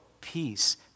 peace